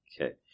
Okay